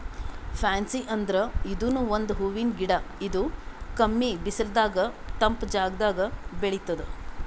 fancy ಅಂದ್ರ ಇದೂನು ಒಂದ್ ಹೂವಿನ್ ಗಿಡ ಇದು ಕಮ್ಮಿ ಬಿಸಲದಾಗ್ ತಂಪ್ ಜಾಗದಾಗ್ ಬೆಳಿತದ್